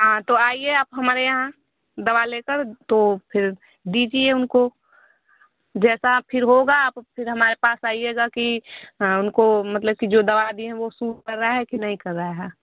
हाँ तो आईए आप हमारे यहाँ दवा लेकर तो फिर दीजिए उनको जैसा फिर होगा आप फिर हमारे पास आईएगा कि उनको मतलब कि जो दवा दिए हैं वह सूट कर रहा है कि नहीं कर रहा है